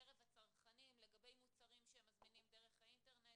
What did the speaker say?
בקרב הצרכנים לגבי מוצרים שהם מזמינים דרך האינטרנט,